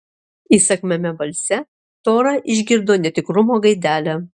įsakmiame balse tora išgirdo netikrumo gaidelę